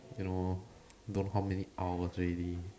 you know don't know how many hours already